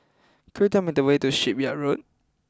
could you tell me the way to Shipyard Road